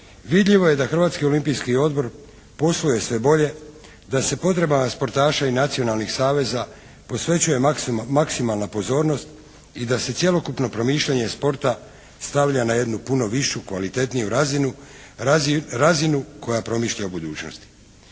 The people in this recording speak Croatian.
vidljivo je da Hrvatski olimpijski odbor posluje sve bolje, da se potreba sportaša i nacionalnih saveza posvećuje maksimalna pozornost i da se cijelo promišljanje sporta stavlja na jednu puno višu, kvalitetniju razinu, razinu koja promišlja o budućnosti.